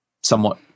somewhat